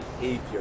behavior